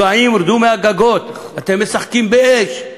משוגעים, רדו מהגגות, אתם משחקים באש.